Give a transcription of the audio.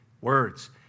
Words